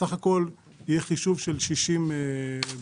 בסך הכול יהיה חישוב של 60 בעלויות.